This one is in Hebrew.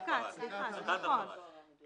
אני מבין אבל הנוסח